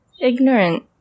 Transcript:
ignorant